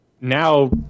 now